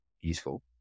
useful